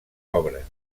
obres